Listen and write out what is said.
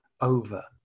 over